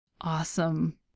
awesome